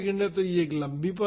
तो यह एक लंबी पल्स है